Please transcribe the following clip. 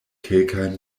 kelkajn